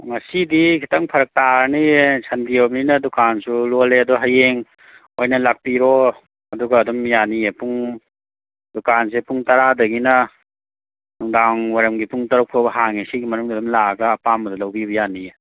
ꯉꯁꯤꯗꯤ ꯈꯤꯇꯪ ꯐꯔꯛ ꯇꯥꯔꯅꯤꯌꯦ ꯁꯟꯗꯦ ꯑꯣꯏꯕꯅꯤꯅ ꯗꯨꯀꯥꯟꯁꯨ ꯂꯣꯜꯂꯦ ꯑꯗꯣ ꯍꯌꯦꯡ ꯑꯣꯏꯅ ꯂꯥꯛꯄꯤꯔꯣ ꯑꯗꯨꯒ ꯑꯗꯨꯝ ꯌꯥꯅꯤꯌꯦ ꯄꯨꯡ ꯗꯨꯀꯥꯟꯁꯦ ꯄꯨꯡ ꯇꯔꯥꯗꯒꯤꯅ ꯅꯨꯡꯗꯥꯡ ꯋꯥꯏꯔꯝꯒꯤ ꯄꯨꯡ ꯇꯔꯨꯛ ꯐꯥꯎꯕ ꯍꯥꯡꯉꯦ ꯁꯤꯒꯤ ꯃꯅꯨꯡꯗ ꯑꯗꯨꯝ ꯂꯥꯛꯑꯒ ꯑꯄꯥꯝꯕꯗꯣ ꯂꯧꯕꯤꯕ ꯌꯥꯅꯤꯌꯦ